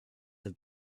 have